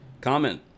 comment